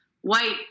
White